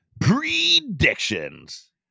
predictions